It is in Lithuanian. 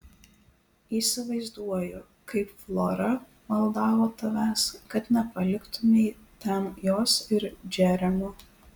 įsivaizduoju kaip flora maldavo tavęs kad nepaliktumei ten jos ir džeremio